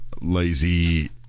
lazy